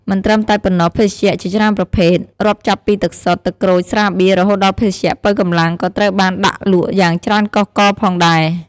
មិនត្រឹមតែប៉ុណ្ណោះ ភេសជ្ជៈ ជាច្រើនប្រភេទ រាប់ចាប់ពីទឹកសុទ្ធ ទឹកក្រូច ស្រាបៀរ រហូតដល់ភេសជ្ជៈប៉ូវកម្លាំង ក៏ត្រូវបានដាក់លក់យ៉ាងច្រើនកុះករផងដែរ។